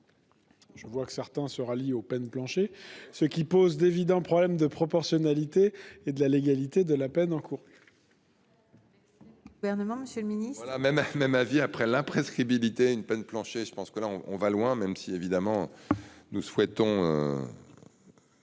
Je constate que certains se rallient aux peines plancher ... Cela pose d'évidents problèmes de proportionnalité et de légalité de la peine encourue.